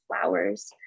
flowers